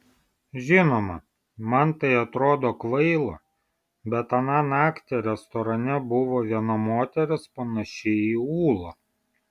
žinoma man tai atrodo kvaila bet aną naktį restorane buvo viena moteris panaši į ūlą